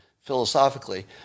philosophically